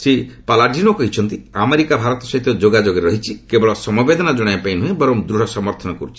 Shri Palladino କହିଛନ୍ତି America Bharat ସହିତ ଯୋଗାଯୋଗରେ ରହିଛି କେବଳ ସମବେଦନା ଜଣାଇବା ପାଇଁ ନୁହେଁ ବରଂ ଦୂଢ଼ ସମର୍ଥନ କରୁଛି